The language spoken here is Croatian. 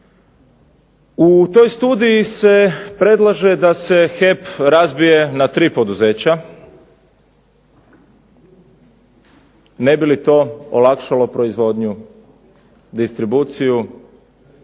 U toj studiji se predlaže da se HEP razbije na tri poduzeća ne bi li to olakšalo proizvodnju, distribuciju